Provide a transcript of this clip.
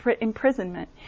imprisonment